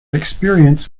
experience